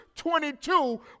22